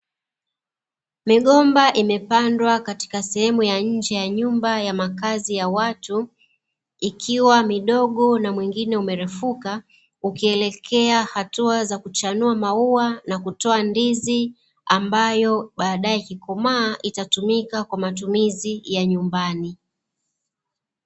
Migomba imepandwa katika sehemu ya nje ya nyumba ya makazi ya watu, ikiwa midogo na mwingine umerefuka ukielekea hatua za kuchanua maua na kutoa ndizi ambayo baadaye ikikomaa itatumika kwa matumizi ya nyumbani.